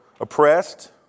oppressed